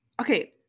Okay